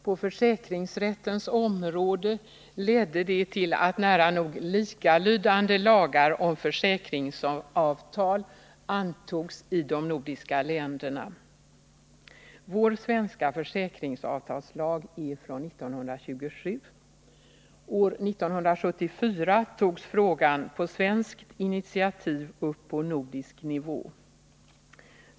På försäkringsrättens område ledde detta till att nära nog likalydande lagar om försäkringsavtal antogs i de nordiska länderna. Vår svenska försäkringsavtalslag är från 1927. År 1974 togs frågan på svenskt initativ upp på nordisk nivå.